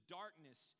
darkness